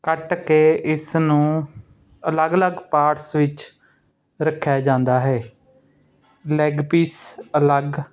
ਕੱਟ ਕੇ ਇਸ ਨੂੰ ਅਲੱਗ ਅਲੱਗ ਪਾਰਟਸ ਵਿੱਚ ਰੱਖਿਆ ਜਾਂਦਾ ਹੈ ਲੈਗ ਪੀਸ ਅਲੱਗ